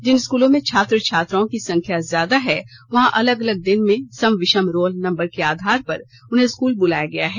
जिन स्कूलों में छात्र छात्राओं की संख्या ज्यादा है वहां अलग अलग दिन में सम विषम रोल नंबर के आधार पर उन्हें स्कूल बुलाया गया है